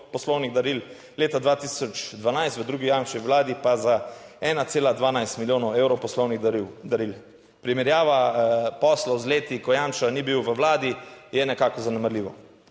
poslovnih daril, leta 2012 v drugi Janševi vladi pa za 1,12 milijonov evrov poslovnih daril, daril. Primerjava poslov z leti, ko Janša ni bil v vladi, je nekako zanemarljivo.